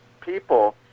people